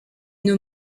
une